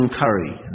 curry